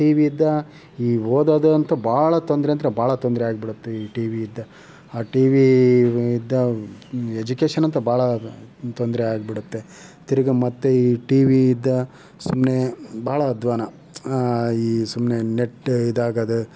TV ಇಂದ ಈ ಓದೋದು ಅಂತೂ ಭಾಳ ತೊಂದರೆ ಅಂದರೆ ಭಾಳ ತೊಂದರೆ ಆಗ್ಬಿಡುತ್ತೆ ಈ ಟಿವಿ ಇಂದ ಆ ಟಿವಿ ಇಂದ ಎಜುಕೇಶನ್ ಅಂತೂ ಭಾಳ ತೊಂದರೆ ಆಗ್ಬಿಡುತ್ತೆ ತಿರುಗಿ ಮತ್ತೆ ಈ ಟಿವಿ ಇಂದ ಸುಮ್ಮನೆ ಭಾಳ ಅಧ್ವಾನ ಈ ಸುಮ್ಮನೆ ನೆಟ್ ಇದಾಗೋದು